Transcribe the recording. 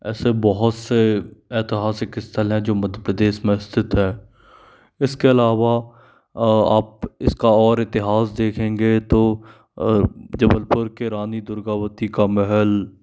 ऐसे बहुत से ऐतहासिक स्थल हैं जो मध्य प्रदेश में स्थित हैं इसके अलावा आप इसका और इतिहास देखेंगे तो जबलपुर के रानी दुर्गावती का महल